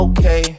Okay